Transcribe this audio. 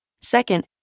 Second